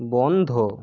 বন্ধ